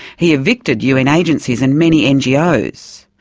he evicted un agencies and many ngos.